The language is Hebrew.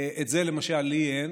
את זה למשל לי אין,